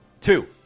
Two